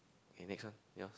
okay next one yours